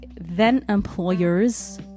then-employers